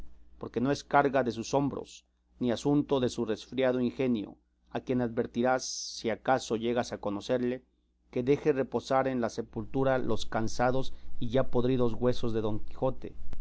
porque no es carga de sus hombros ni asunto de su resfriado ingenio a quien advertirás si acaso llegas a conocerle que deje reposar en la sepultura los cansados y ya podridos huesos de don quijote